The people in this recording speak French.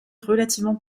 relativement